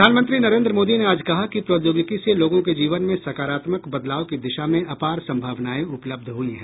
प्रधानमंत्री नरेन्द्र मोदी ने आज कहा कि प्रौद्योगिकी से लोगों के जीवन में सकारात्मक बदलाव की दिशा में अपार संभावनाएं उपलब्ध हुई हैं